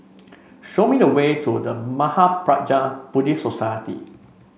show me the way to The Mahaprajna Buddhist Society